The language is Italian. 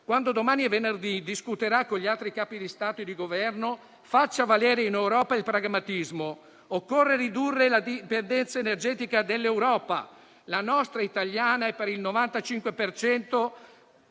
quando, domani e venerdì, discuterà con gli altri Capi di Stato e di Governo, faccia valere in Europa il pragmatismo. Occorre ridurre la dipendenza energetica dell'Europa e la nostra italiana (per il 95